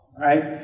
right?